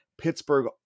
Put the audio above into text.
Pittsburgh